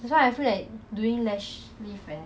that's why I feel like doing lash leave eh